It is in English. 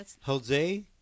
Jose